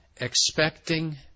expecting